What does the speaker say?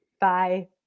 Bye